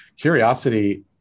Curiosity